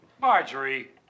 Marjorie